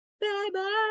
Bye-bye